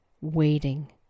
waiting